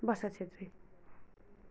Varsha Chhetri